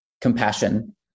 compassion